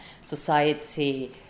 society